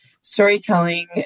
storytelling